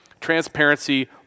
Transparency